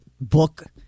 book